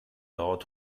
dauert